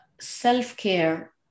self-care